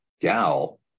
gal